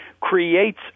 creates